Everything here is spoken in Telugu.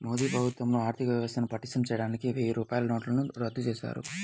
మోదీ ప్రభుత్వంలో ఆర్ధికవ్యవస్థను పటిష్టం చేయడానికి వెయ్యి రూపాయల నోట్లను రద్దు చేశారు